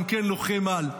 גם כן לוחם על.